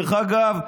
תודה.